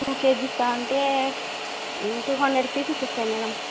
two KGs అంటే two hundred pieces వస్తాయి madam